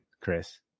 Chris